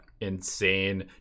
insane